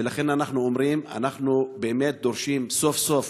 ולכן אנחנו אומרים: אנחנו באמת דורשים סוף-סוף